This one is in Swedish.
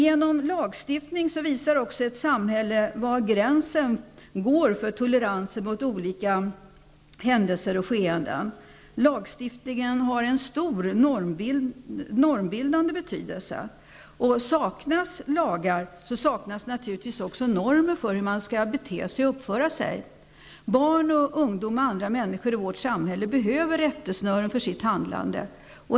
Genom lagstiftning visar ett samhälle också var gränsen går för toleransen mot olika händelser och skeenden. Lagstiftningen har en stor normbildande betydelse. Saknas lagar saknas naturligtvis också normer för hur man skall bete sig och uppföra sig. Barn, ungdom och andra människor i vårt samhälle behöver rättesnören för sitt handlande.